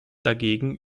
dagegen